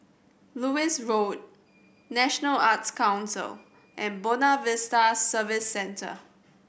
Lewis Road National Arts Council and Buona Vista Service Centre